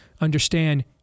understand